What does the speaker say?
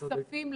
ועדת כספים ופה,